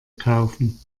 kaufen